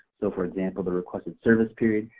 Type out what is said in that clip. so, for example, the requested service period,